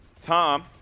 Tom